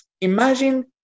Imagine